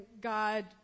God